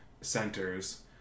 centers